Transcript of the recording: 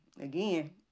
again